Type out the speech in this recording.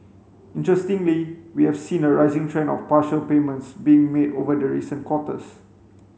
interestingly we have seen a rising trend of partial payments being made over the recent quarters